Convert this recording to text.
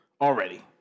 already